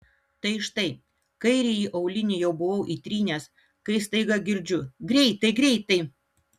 tai štai kairįjį aulinį jau buvau įtrynęs kai staiga girdžiu greitai greitai